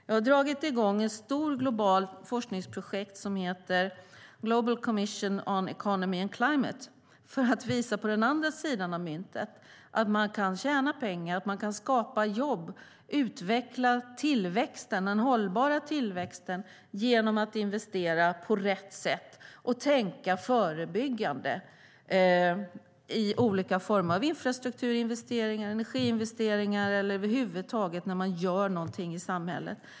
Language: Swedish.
Jag har dragit i gång ett stort globalt forskningsprojekt som heter Global Commission on the Economy and Climate för att visa på den andra sidan av myntet, att man kan tjäna pengar, skapa jobb och utveckla den hållbara tillväxten genom att investera på rätt sätt och tänka förebyggande i olika former av infrastrukturinvesteringar, energiinvesteringar eller över huvud taget när man gör något i samhället.